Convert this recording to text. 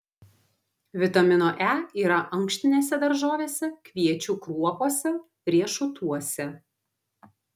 vitamino e yra ankštinėse daržovėse kviečių kruopose riešutuose